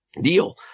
deal